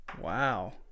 Wow